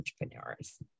entrepreneurs